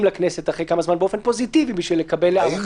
לכנסת אחרי כמה זמן באופן פוזיטיבי בשביל לקבל הארכה.